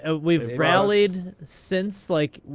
ah we've rallied since, like,